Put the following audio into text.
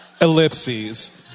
Ellipses